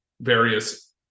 various